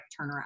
turnaround